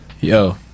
Yo